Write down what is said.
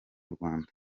rwanda